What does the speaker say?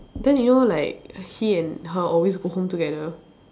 then you know like he and her always go home together